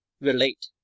relate